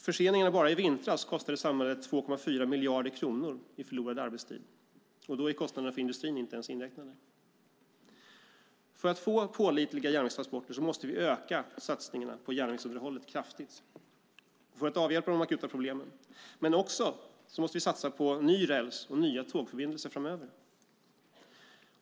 Förseningarna bara i vintras kostade samhället 2,4 miljarder kronor i förlorad arbetstid, och då är kostnaderna för industrin inte ens inräknade. För att få pålitliga järnvägstransporter måste vi öka satsningarna på järnvägsunderhållet kraftigt, för att avhjälpa de akuta problemen, men vi måste också satsa på ny räls och nya tågförbindelser framöver.